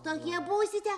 tokie būsite